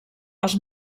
els